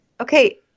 Okay